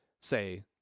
say